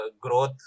growth